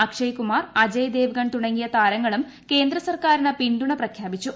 അക്ഷയ് കുമാർ അജയ് ദേവ്ഗൺ തുടങ്ങിയ താരങ്ങളും കേന്ദ്ര സർക്കാരിന് പിന്തുണ പ്രഖ്യാപിച്ചു